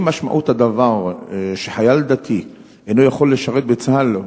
האם משמעות הדבר היא שחייל דתי אינו יכול לשרת בצה"ל?